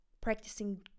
practicing